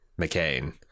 mccain